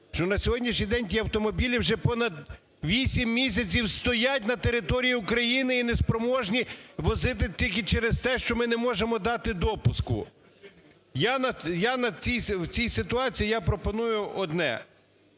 на сьогоднішній день ті автомобілі вже понад 8 місяців стоять на території України і неспроможні возити тільки через те, що ми не можемо дати допуску. В цій ситуації я пропоную одне: